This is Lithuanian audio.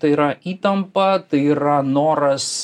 tai yra įtampa tai yra noras